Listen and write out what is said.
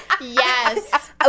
Yes